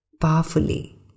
powerfully